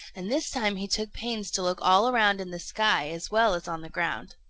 and this time he took pains to look all around in the sky as well as on the ground.